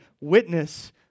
witness